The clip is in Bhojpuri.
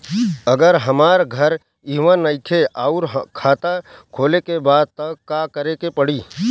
अगर हमार घर इहवा नईखे आउर खाता खोले के बा त का करे के पड़ी?